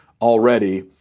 already